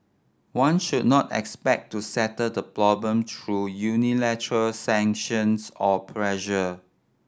one should not expect to settle the problem through unilateral sanctions or pressure